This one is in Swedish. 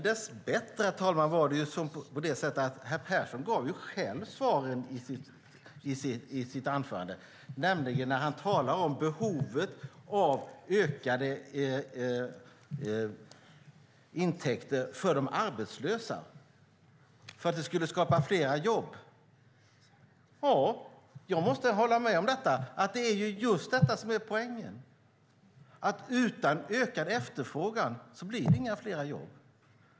Dess bättre, herr talman, gav Peter Persson själv svaren i sitt anförande, nämligen när han talade om behovet av ökade intäkter för de arbetslösa. Det skulle skapa fler jobb. Jag måste hålla med om att det är just detta som är poängen. Utan ökad efterfrågan blir det inga fler jobb.